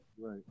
right